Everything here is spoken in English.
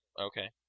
Okay